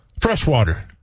Freshwater